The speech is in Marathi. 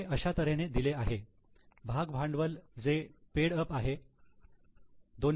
हे अशा तऱ्हेने दिले आहे भाग भांडवल जे पेड अप आहे 222